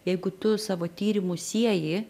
jeigu tu savo tyrimus sieji